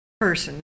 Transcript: person